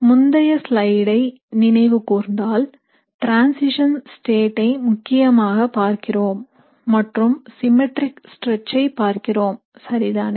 முந்தைய ஸ்லைடை நினைவு கூர்ந்தால் டிரன்சிஷன் ஸ்டேட் ஐ முக்கியமாக பார்க்கிறோம் மற்றும் சிம்மெட்ரிக் ஸ்ட்ரெச் ஐ பார்க்கிறோம் சரிதானே